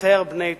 הותר בני תמותה".